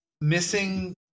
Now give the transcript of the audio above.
missing